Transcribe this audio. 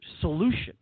solution